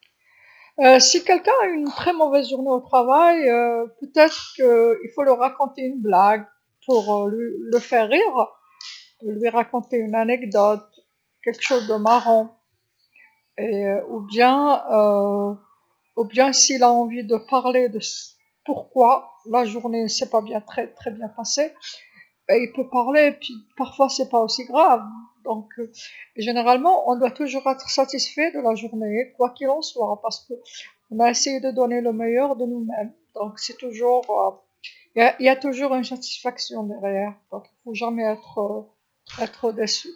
إذا كان شخص ما يمر بيوم سيء حقًا في العمل، فربما ينبغي عليك أن تقول له نكتة لتجعله يضحك، أخبره بحكايه، أو شيئًا مضحكًا، أو إذا أراد أن يتحدث عن السبب لمذا يومه لم يمر سعيد؟ يمكنه التحدث وفي بعض الأحيان لا يكون الأمر خطيرًا، لذا بشكل عام يجب علينا دائمًا أن نكون راضين عن اليوم، مهما حدث لأننا حاولنا تقديم أفضل ما لدينا لذلك إنه دائمًا هناك دائمًا رضا خلفه يجب ألا يكون أه أبدًا.